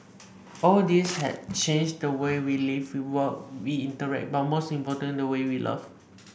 all this has changed the way we live we work we interact but most importantly the way we love